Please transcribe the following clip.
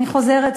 אני חוזרת,